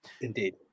Indeed